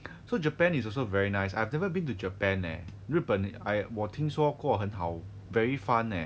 so japan is also very nice I've never been to japan lah 日本 I 我听说过很好 very fun leh